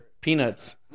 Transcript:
peanuts